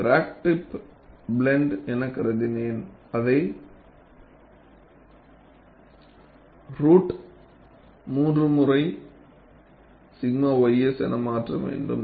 crack tip blunt எனக் கருதினேன் அதை ரூட் 3 முறை 𝛔 ys என மாற்ற வேண்டும்